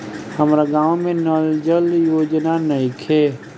हमारा गाँव मे नल जल योजना नइखे?